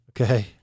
Okay